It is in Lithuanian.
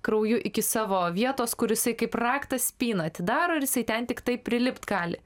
krauju iki savo vietos kur jisai kaip raktas spyną atidaro ir jisai ten tiktai prilipt gali